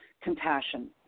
compassion